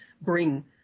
bring